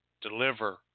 Deliver